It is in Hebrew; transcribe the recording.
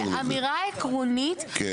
כאמריה עקרונית, אני